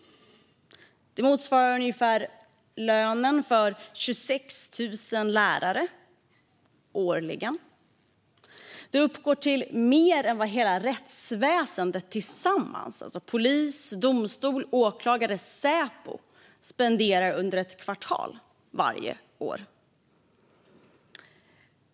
Det motsvarar ungefär lönen för 26 000 lärare årligen. Det uppgår till mer än hela rättsväsendet - polis, domstol, åklagare och Säpo - tillsammans spenderar under ett kvartal varje år.